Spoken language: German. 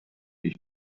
ich